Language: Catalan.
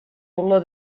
olor